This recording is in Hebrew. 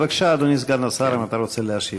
בבקשה, אדוני סגן השר, אם אתה רוצה להשיב.